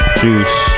juice